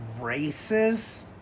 racist